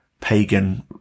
pagan